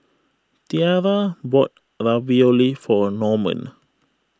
Tiarra bought Ravioli for Norman